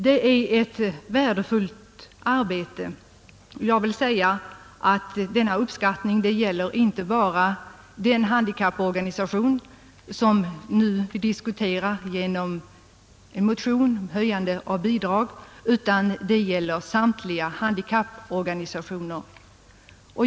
Detta arbete är värdefullt, och denna uppfattning gäller inte bara den handikapporganisation som vi nu diskuterar utan den gäller samtliga handikapporganisationer.